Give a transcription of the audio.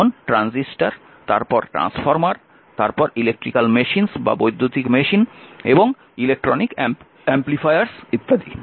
যেমন ট্রানজিস্টর তারপর ট্রান্সফরমার তারপর বৈদ্যুতিক মেশিন এবং ইলেকট্রনিক অ্যামপ্লিফায়ার ইত্যাদি